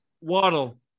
Waddle